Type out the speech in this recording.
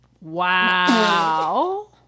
Wow